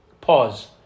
Pause